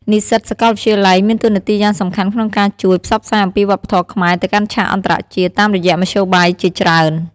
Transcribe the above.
និស្សិតសាកលវិទ្យាល័យមានតួនាទីយ៉ាងសំខាន់ក្នុងការជួយ ផ្សព្វផ្សាយអំពីវប្បធម៌ខ្មែរទៅកាន់ឆាកអន្តរជាតិ តាមរយៈមធ្យោបាយជាច្រើន។